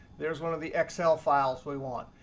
there's one of the excel files we want.